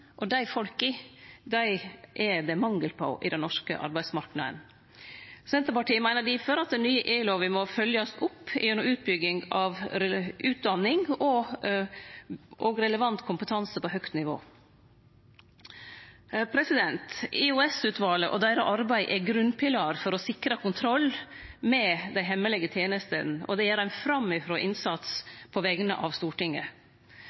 og dei folka er det mangel på i den norske arbeidsmarknaden. Senterpartiet meiner difor at den nye e-lova må fylgjast opp gjennom utbygging av utdanning og relevant kompetanse på høgt nivå. EOS-utvalet og deira arbeid er ein grunnpilar for å sikre kontroll med dei hemmelege tenestene, og dei gjer ein framifrå innsats på vegner av Stortinget.